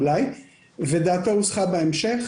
ודעתו הוסחה בהמשך